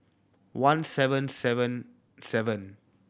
one seven seven seven